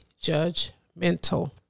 judgmental